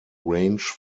range